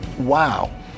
wow